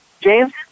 James